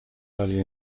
early